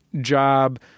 job